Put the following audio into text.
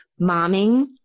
momming